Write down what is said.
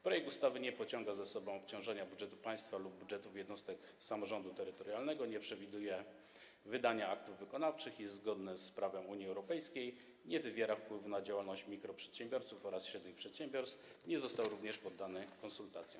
Projekt ustawy nie pociąga za sobą obciążenia budżetu państwa lub budżetów jednostek samorządu terytorialnego, nie przewiduje wydania aktów wykonawczych, jest zgodny z prawem Unii Europejskiej, nie wywiera wpływu na działalność mikroprzedsiębiorców oraz średnich przedsiębiorstw, nie został również poddany konsultacjom.